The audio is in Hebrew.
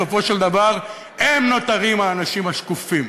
בסופו של דבר נותרים האנשים השקופים,